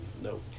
no